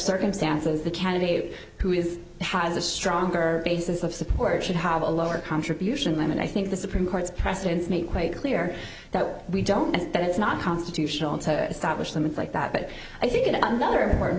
circumstances the candidate who is has a stronger basis of support should have a lower contribution limit i think the supreme court's precedents made quite clear that we don't and that it's not constitutional to establish them and like that but i think another important